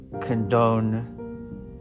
condone